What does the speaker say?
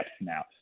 now